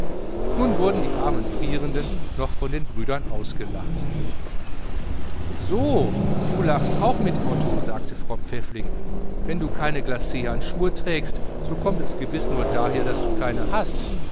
nun wurden die armen frierenden noch von den brüdern ausgelacht so du lachst auch mit otto sagte frau pfäffling wenn du keine glachandschuhe trägst so kommt es gewiß nur daher daß du keine hast